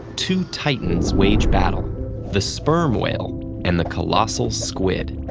two titans wage battle the sperm whale and the colossal squid.